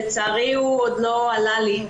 אבל לצערי הוא עוד לא עלה לי.